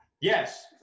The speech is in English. Yes